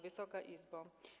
Wysoka Izbo!